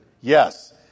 Yes